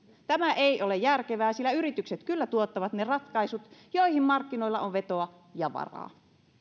tämä ei ole järkevää sillä yritykset kyllä tuottavat ne ratkaisut joihin markkinoilla on vetoa ja varaa